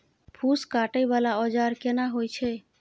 फूस काटय वाला औजार केना होय छै?